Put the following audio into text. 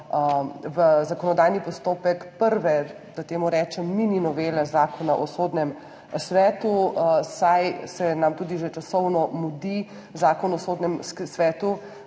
v zakonodajni postopek prve, da temu rečem mini novele Zakona o sodnem svetu, saj se nam tudi že časovno mudi Zakon o sodnem svetu